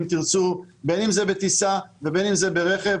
בין אם זה בטיסה ובין אם זה ברכב.